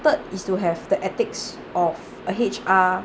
third is to have the ethics of a H_R